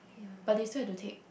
but they still have to take